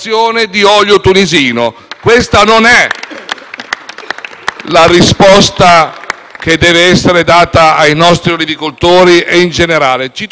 la risposta che deve essere data ai nostri olivicoltori e in generale. Cito soltanto l'olio per non andare troppo fuori tema,